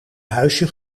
huisje